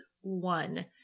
One